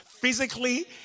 Physically